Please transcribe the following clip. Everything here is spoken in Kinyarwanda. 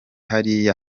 hariya